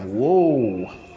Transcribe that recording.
Whoa